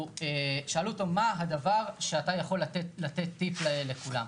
ושאלו אותו: מה הדבר שאתה יכול לתת טיפ לכולם?